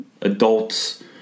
adults